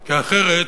כי אחרת,